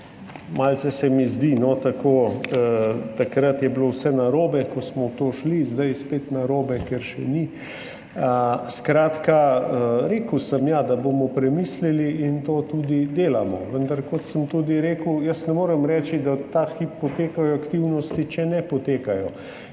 malce tako – takrat je bilo vse narobe, ko smo šli v to, zdaj je spet narobe, ker še ni. Skratka, rekel sem, da bomo premislili in to tudi delamo, vendar, kot sem tudi rekel, jaz ne morem reči, da ta hip potekajo aktivnosti, če ne potekajo.